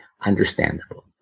understandable